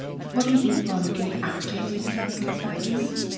the body is rather good at protecting itself against pathogens.